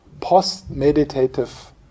post-meditative